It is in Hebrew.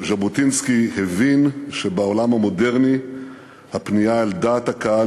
ז'בוטינסקי הבין שבעולם המודרני הפנייה אל דעת הקהל